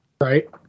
Right